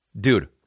dude